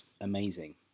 amazing